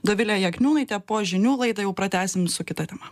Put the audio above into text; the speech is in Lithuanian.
dovile jakniūnaite po žinių laidą jau pratęsim su kita tema